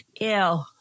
Ew